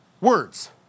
words